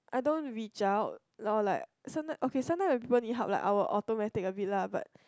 I don't reach out or like sometime okay sometimes when people need help I'll be automatic a bit lah but like